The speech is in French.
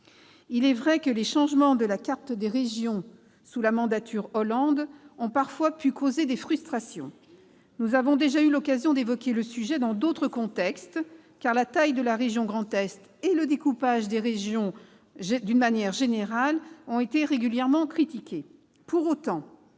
Il est vrai, les changements de la carte des régions sous la mandature Hollande ont parfois pu causer des frustrations. Nous avons déjà eu l'occasion d'évoquer ce sujet dans d'autres contextes, car la taille de la région Grand Est et, de manière générale, le découpage des nouvelles régions ont été régulièrement critiqués.